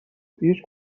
پیش